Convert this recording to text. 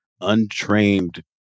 untrained